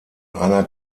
einer